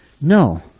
No